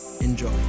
Enjoy